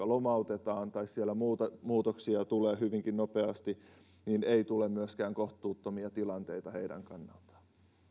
lomautetaan tai kun siellä muutoksia muutoksia tulee hyvinkin nopeasti ei tule myöskään kohtuuttomia tilanteita näiden kannalta